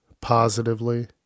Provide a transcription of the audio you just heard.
positively